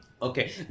Okay